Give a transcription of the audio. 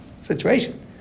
situation